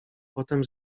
potem